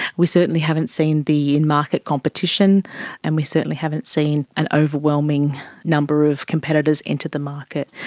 we certainly haven't seen the in-market competition and we certainly haven't seen an overwhelming number of competitors into the market.